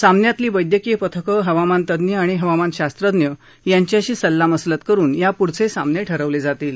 सामन्यातली वैद्यकीय पथक हवामानतज्ञ आणि हवामानशास्त्रज्ञ यांच्याशी सल्लामसलत करुन यापुढचे सामने ठरवले जातील